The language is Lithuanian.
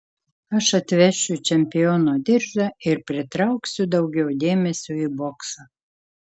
aš atvešiu čempiono diržą ir pritrauksiu daugiau dėmesio į boksą